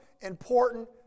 important